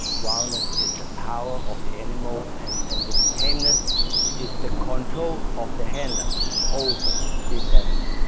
wildness is the power of the animal and and the tameness is the control of the handler over this animal